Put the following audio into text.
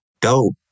dope